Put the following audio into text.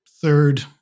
third